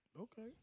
Okay